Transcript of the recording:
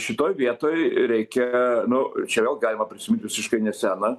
šitoj vietoj reikia nu čia vėl galima prisimint visiškai neseną